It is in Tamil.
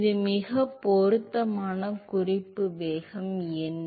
எனவே மிகவும் பொருத்தமான குறிப்பு வேகம் என்ன